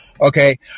Okay